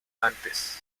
antes